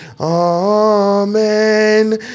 Amen